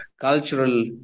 cultural